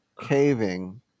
caving